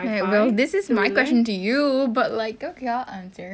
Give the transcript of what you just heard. well this is my question to you but like okay I'll answer